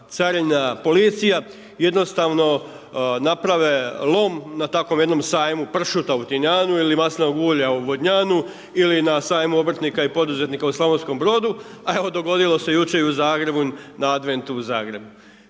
Carina, policija, jednostavno naprave lom na takvom jednom sajmu pršuta u Tinjanu ili maslinovog ulja u Vodnjanu, ili na sajmu poduzetnika i obrtnika u Slavonskom Brodu, a evo dogodilo se jučer i u Zagrebu, na Adventu u Zagrebu.